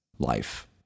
life